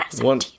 One